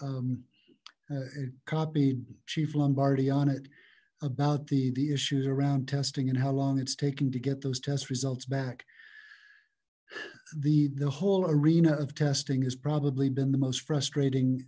to copy chief lombardi on it about the the issues around testing and how long it's taking to get those test results back the the whole arena of testing has probably been the most frustrating